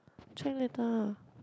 check later